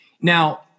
Now